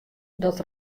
dat